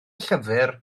llyfr